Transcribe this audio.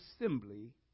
assembly